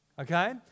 Okay